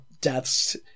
deaths